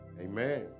Amen